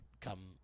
come